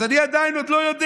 אז אני עדיין לא יודע.